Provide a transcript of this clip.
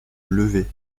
lever